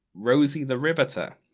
rosie the riveter,